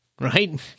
Right